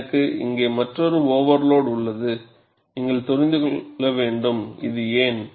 எனக்கு இங்கே மற்றொரு ஓவர்லோடு உள்ளது நீங்கள் தெரிந்து கொள்ள வேண்டும் இது ஏன்